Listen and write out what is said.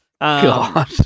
God